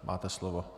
Máte slovo.